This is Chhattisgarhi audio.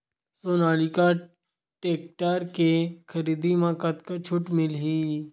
सोनालिका टेक्टर के खरीदी मा कतका छूट मीलही?